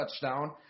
touchdown